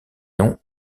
nom